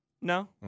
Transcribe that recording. No